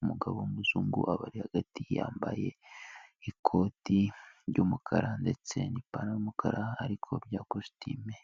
umugabo w'umuzungu abari hagati yambaye ikoti ry'umukara ndetse n'ipantaro y'umukara ariko bya kositime.